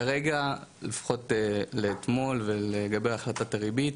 כרגע לפחות לאתמול ולגבי החלטת הריבית,